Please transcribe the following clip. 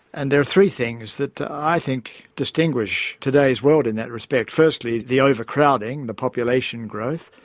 and there are three things that i think distinguish today's world in that respect. firstly, the overcrowding, the population growth,